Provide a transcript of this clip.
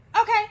Okay